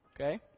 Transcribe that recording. Okay